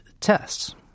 tests